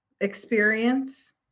experience